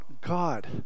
God